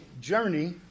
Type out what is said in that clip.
journey